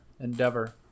endeavor